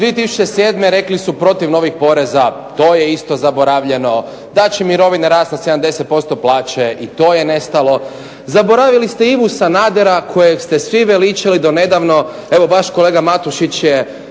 2007. rekli su protiv novih poreza, to je isto zaboravljeno, da će mirovine rast od 70% plaće i to je nestalo. Zaboravili ste Ivu Sanadera kojeg ste svi veličali do nedavno, evo baš kolega Matušić je